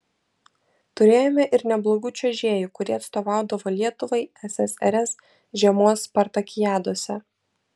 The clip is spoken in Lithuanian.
turėjome ir neblogų čiuožėjų kurie atstovaudavo lietuvai ssrs žiemos spartakiadose